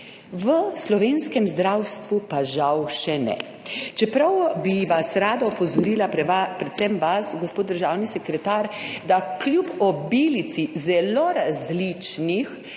V slovenskem zdravstvu pa, žal, še ne. Pri tem bi vas rada opozorila, predvsem vas, gospod državni sekretar, da kljub obilici zelo različnih